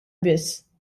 biss